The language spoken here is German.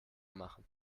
machen